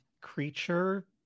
creature